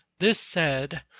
this said,